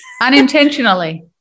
Unintentionally